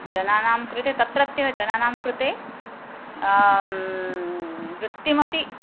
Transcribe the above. जनानां कृते तत्रत्यः जनानां कृते वृत्तिमपि